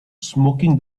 smoking